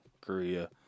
korea